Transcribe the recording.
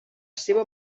seva